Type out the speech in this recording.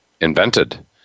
invented